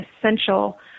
essential